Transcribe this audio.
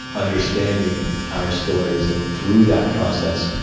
understanding our stories and, through that process,